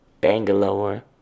Bangalore